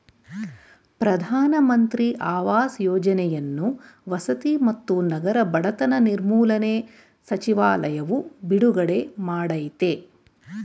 ಪ್ರಧಾನ ಮಂತ್ರಿ ಆವಾಸ್ ಯೋಜನೆಯನ್ನು ವಸತಿ ಮತ್ತು ನಗರ ಬಡತನ ನಿರ್ಮೂಲನೆ ಸಚಿವಾಲಯವು ಬಿಡುಗಡೆ ಮಾಡಯ್ತೆ